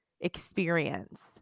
experience